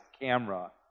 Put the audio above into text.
camera